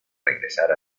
regresar